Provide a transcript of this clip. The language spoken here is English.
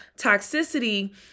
Toxicity